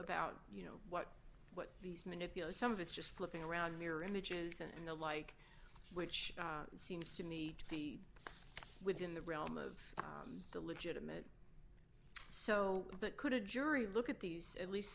about you know what what these manipulate some of its just flipping around mere images and and the like which seems to me feed within the realm of the legitimate so but could a jury look at these at least